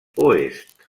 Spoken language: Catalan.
oest